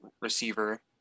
receiver